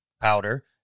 powder